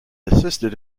assisted